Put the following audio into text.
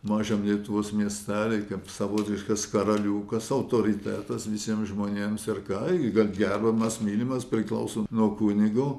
mažam lietuvos miestelyj kaip savotiškas karaliukas autoritetas visiems žmonėms ir ką gal gerbiamas mylimas priklauso nuo kunigo